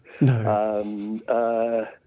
No